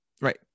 Right